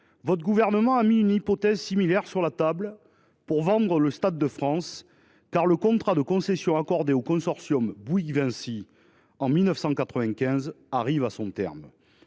le Gouvernement a mis une hypothèse similaire sur la table pour vendre le Stade de France, le contrat de concession accordé en 1995 au consortium Vinci Bouygues arrivant à son terme.